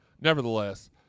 nevertheless